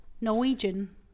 Norwegian